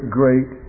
great